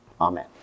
Amen